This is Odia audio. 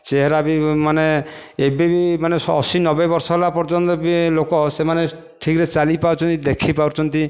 ଚେହେରା ବି ମାନେ ଏବେ ବି ମାନେ ଅଶୀ ନବେ ବର୍ଷ ହେଲା ପର୍ଯ୍ୟନ୍ତ ବି ଲୋକ ସେମାନେ ଠିକରେ ଚାଲି ପାରୁଛନ୍ତି ଦେଖି ପାରୁଛନ୍ତି